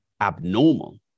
abnormal